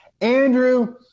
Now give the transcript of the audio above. Andrew